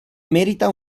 merita